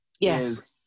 Yes